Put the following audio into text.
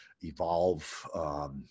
evolve